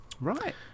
Right